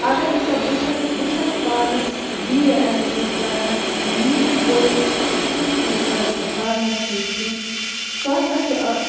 اگر ہَسا بہٕ چھَس بہٕ چھَس پانہٕ B A L L B کَران میٛٲنِس بٲیِس چھُنہٕ تیُتھ اِنٹرٛسٹ پَرنَس سۭتۍ کینٛہہ سُہ ہَسا چھِ